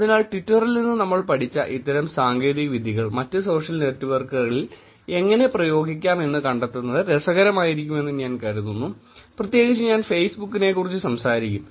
അതിനാൽ ട്വിറ്ററിൽ നിന്ന് നമ്മൾ പഠിച്ച ഇത്തരം സാങ്കേതികവിദ്യകൾ മറ്റ് സോഷ്യൽ നെറ്റ്വർക്കുകളിൽ എങ്ങനെ പ്രയോഗിക്കാം എന്ന് കണ്ടെത്തുന്നത് രസകരമാണെന്ന് ഞാൻ കരുതുന്നു പ്രത്യേകിച്ച് ഞാൻ ഫേസ്ബുക്കിനെക്കുറിച്ച് സംസാരിക്കും